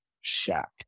Shack